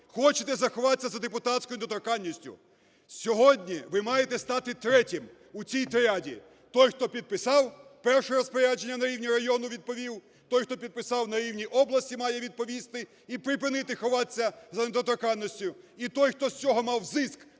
хочете заховатися за депутатською недоторканністю. Сьогодні ви маєте стати третім у цій тріаді. Той, хто підписав перше розпорядження на рівні району, відповів, той, хто підписав на рівні області, має відповісти, і припинити ховатися за недоторканністю, і той, хто з цього мав зиск